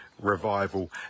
Revival